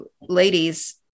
ladies